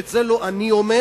ואת זה לא אני אומר,